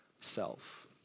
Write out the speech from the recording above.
self